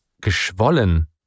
geschwollen